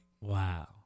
Wow